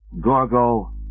Gorgo